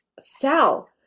sell